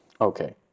Okay